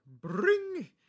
bring